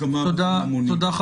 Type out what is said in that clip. תודה.